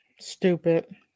stupid